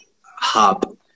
hub